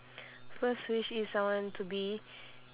first wish is I want to be